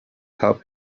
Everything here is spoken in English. help